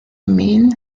main